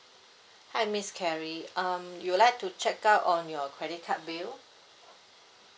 hi miss carrie um you would like to check out on your credit card bill